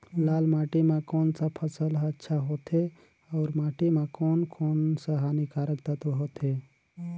लाल माटी मां कोन सा फसल ह अच्छा होथे अउर माटी म कोन कोन स हानिकारक तत्व होथे?